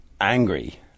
angry